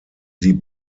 sie